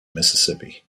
mississippi